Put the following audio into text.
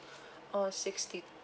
oh sixty